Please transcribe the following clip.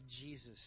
Jesus